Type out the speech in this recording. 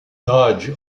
dodge